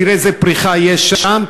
תראה איזה פריחה יש שם,